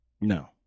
no